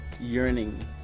yearning